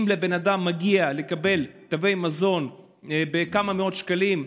אם לבן אדם מגיע לקבל תווי מזון בכמה מאות שקלים,